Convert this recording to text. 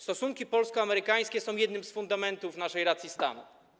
Stosunki polsko-amerykańskie stanowią jeden z fundamentów naszej racji stanu.